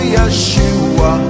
Yeshua